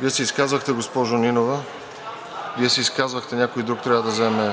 Вие се изказвахте, госпожо Нинова. Вие се изказахте, някой друг трябва да вземе.